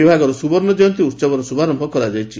ବିଭାଗର ସୁବର୍ଷ୍ଣ ଜୟନ୍ତୀ ଉତ୍ସବର ଶୁଭାରମ୍ଭ କରାଯାଇଛି